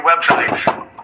websites